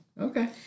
okay